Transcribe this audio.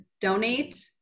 donate